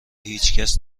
هیچکس